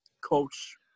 coach